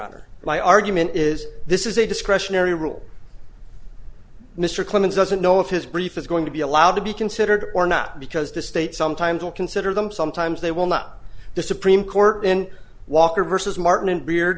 honor my argument is this is a discretionary rule mr clemens doesn't know if his brief is going to be allowed to be considered or not because the state sometimes will consider them sometimes they will not the supreme court and walker versus martin and beard